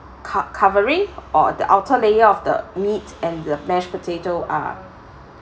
covering or the outer layer of the meat and the mashed potato are